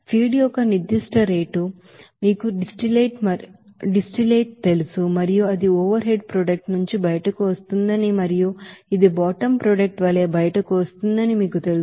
feed యొక్క నిర్ధిష్ట rate మీకు డిస్టిలేట్ తెలుసు మరియు ఇది ఓవర్ హెడ్ ప్రొడక్ట్ నుంచి బయటకు వస్తుందని మరియు ఇది బాటమ్ ప్రొడక్ట్ వలే బయటకు వస్తుందని మీకు తెలుసు